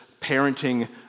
parenting